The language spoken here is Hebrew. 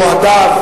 אוהדיו,